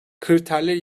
kriterleri